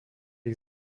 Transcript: ich